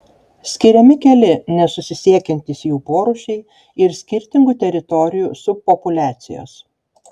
skiriami keli nesusisiekiantys jų porūšiai ir skirtingų teritorijų subpopuliacijos